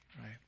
right